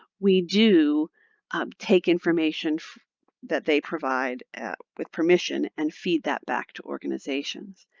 we do um take information that they provide with permission and feed that back to organizations.